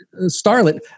starlet